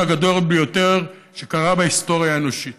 הגדול ביותר שקרה בהיסטוריה האנושית,